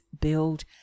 build